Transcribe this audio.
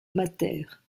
mater